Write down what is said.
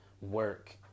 work